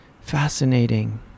fascinating